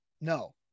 no